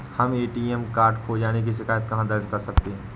हम ATM card खो जाने की शिकायत कहाँ दर्ज कर सकते हैं?